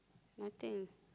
nothing